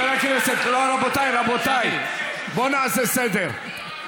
חבר הכנסת, רבותיי, בואו נעשה סדר.